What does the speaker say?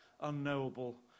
unknowable